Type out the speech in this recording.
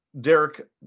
Derek